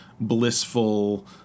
blissful